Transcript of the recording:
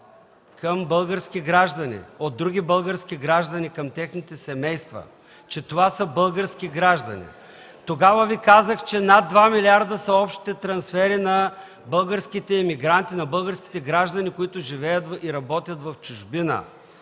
към български граждани от други български граждани, към техните семейства, че това са български граждани! Тогава Ви казах, че над 2 милиарда са общите трансфери на българските имигранти, на българските граждани, които живеят и работят в чужбина.